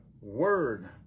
word